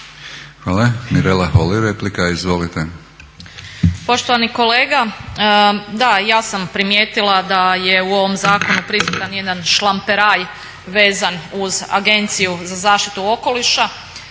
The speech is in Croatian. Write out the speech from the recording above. Hvala. Mirela Holy, replika. Izvolite. **Holy, Mirela (ORaH)** Poštovani kolega, da, i ja sam primijetila da je u ovom zakonu prisutan jedan šlamperaj vezan uz Agenciju za zaštitu okoliša